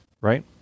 Right